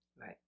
right